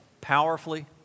powerfully